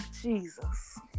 Jesus